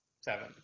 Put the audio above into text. seven